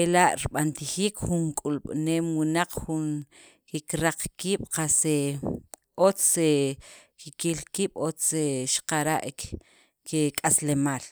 ela' ribantajiik jun k'ulb'ineem wunaq jun re kikraq kiib' qas otz kikil kiib' otz xaqara' kik'aslemaal.